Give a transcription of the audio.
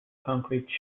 concrete